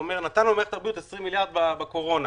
שאמר: נתנו למערכת הבריאות 20 מיליארד שקל בתקופת הקורונה.